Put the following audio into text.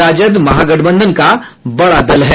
राजद महागठबंधन का बड़ा दल है